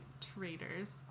traitors